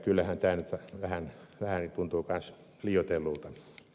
kyllähän tämä vähän tuntuu kanssa liioitellulta